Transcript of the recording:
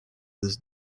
this